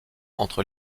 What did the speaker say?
entre